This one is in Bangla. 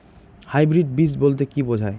হাইব্রিড বীজ বলতে কী বোঝায়?